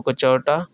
ఒకచోట